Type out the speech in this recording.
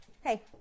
Hey